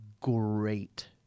Great